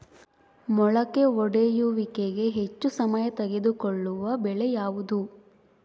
ಮೊಳಕೆ ಒಡೆಯುವಿಕೆಗೆ ಹೆಚ್ಚು ಸಮಯ ತೆಗೆದುಕೊಳ್ಳುವ ಬೆಳೆ ಯಾವುದು?